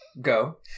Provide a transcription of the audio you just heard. Go